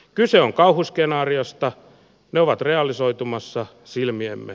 kyse on kauhuskenaariosta ne ovat realisoitumassa silmiemme